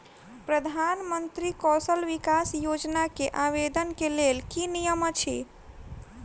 प्रधानमंत्री कौशल विकास योजना केँ आवेदन केँ लेल की नियम अछि?